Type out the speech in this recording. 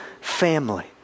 family